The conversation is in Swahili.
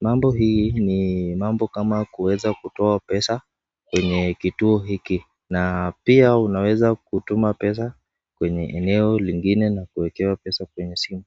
mambo hii ni mambo kama kuweza kutoa pesa kwenye kituo hiki na pia ina weza kutuma pesa kwenye eneo lingine na kuwekewa pesa kwenye simu.